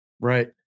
Right